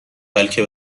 بلکه